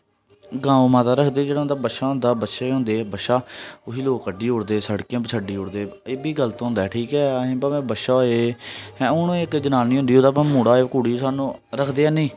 गौऽ माता रखदे जेह्ड़ा उं'दा बच्छा होंदा बच्छे होंदे बच्छा उसी लोक कड्ढी ओड़दे सड़कें उप्पर छड्डी ओड़दे एह् बी गलत होंदा ऐ ठीक ऐ असें भामें बच्छा होऐ जां हून इक जनानी होंदी ऐ ओहदा भामें मुड़ा होऐ चाहे कुड़ी सानूं रखदे ऐ नी